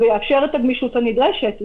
זה יאפשר את הגמישות הנדרשת,